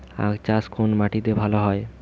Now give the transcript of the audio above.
আখ চাষ কোন মাটিতে ভালো হয়?